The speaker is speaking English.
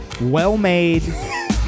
well-made